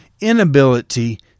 inability